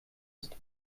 ist